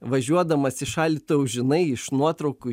važiuodamas į šalį tu jau žinai iš nuotraukų